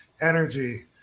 energy